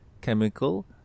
Chemical